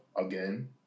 again